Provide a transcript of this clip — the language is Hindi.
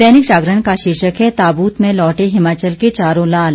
दैनिक जागरण का शीर्षक है ताबूत में लौटे हिमाचल के चारों लाल